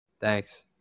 Thanks